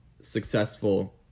successful